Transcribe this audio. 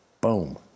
Boom